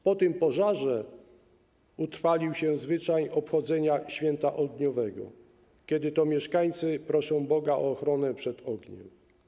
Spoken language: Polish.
Po tym pożarze utrwalił się zwyczaj obchodzenia święta ogniowego, kiedy to mieszkańcy proszą Boga o ochronę przed ogniem.